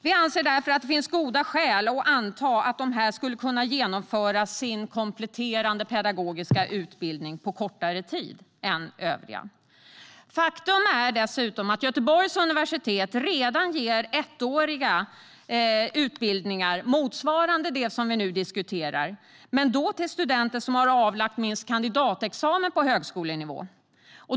Vi anser därför att det finns goda skäl att anta att de skulle kunna genomföra sin kompletterande pedagogiska utbildning på kortare tid än övriga. Faktum är dessutom att Göteborgs universitet redan ger ettåriga utbildningar motsvarande dem vi nu diskuterar men då till studenter som har avlagt minst kandidatexamen på högskolenivå.